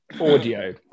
audio